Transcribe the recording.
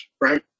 right